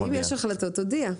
אם יש החלטות תודיע.